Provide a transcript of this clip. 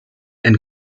and